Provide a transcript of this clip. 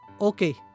Okay